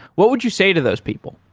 what would you say to those people?